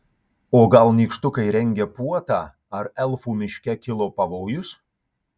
o gal nykštukai rengia puotą ar elfų miške kilo pavojus